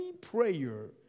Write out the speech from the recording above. prayer